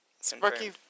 Sparky